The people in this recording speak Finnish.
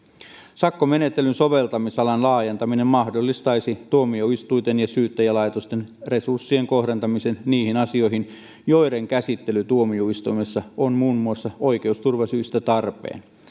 sakkomenettelyn soveltamisalan laajentaminen mahdollistaisi tuomioistuinten ja syyttäjälaitosten resurssien kohdentamisen niihin asioihin joiden käsittely tuomioistuimessa on muun muassa oikeusturvasyistä tarpeen